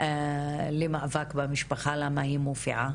למאבק במשפחה, למה היא מופיעה